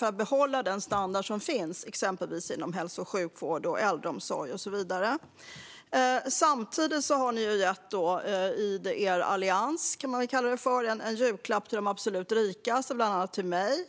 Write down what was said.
att behålla den standard som finns inom hälso och sjukvård, äldreomsorg och så vidare. Samtidigt har ni i er allians gett en julklapp till de absolut rikaste, bland annat till mig.